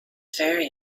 very